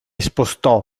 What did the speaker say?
spostò